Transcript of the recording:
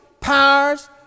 powers